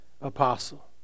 apostle